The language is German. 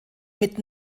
mit